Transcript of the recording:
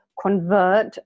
convert